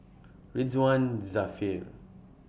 Ridzwan Dzafir